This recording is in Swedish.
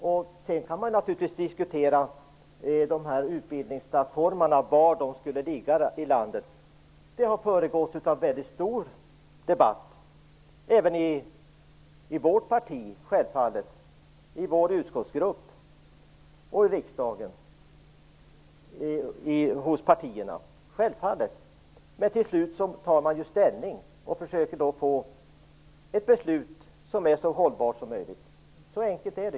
Man kan naturligtvis diskutera var i landet utbildningsplattformarna skall ligga. Det har föregåtts av väldigt stor debatt även i vårt parti, självfallet. Det har debatterats i vår utskottsgrupp, i riksdagen och bland alla partierna. Men till slut tar man ju ställning, och då försöker man få ett beslut som är så hållbart som möjligt. Så enkelt är det.